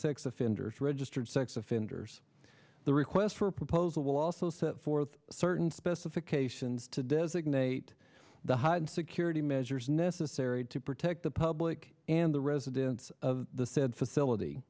sex offenders registered sex offenders the request for proposal will also set forth certain specifications to designate the heightened security measures necessary to protect the public and the residents of the said facility